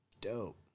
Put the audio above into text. Dope